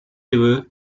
river